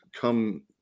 come